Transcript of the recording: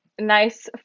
nice